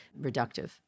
reductive